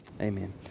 Amen